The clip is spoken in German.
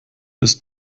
ist